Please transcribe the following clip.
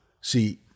See